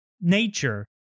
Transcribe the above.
nature